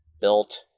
built